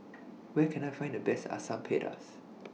Where Can I Find The Best Asam Pedas